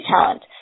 talent